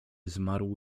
zmarł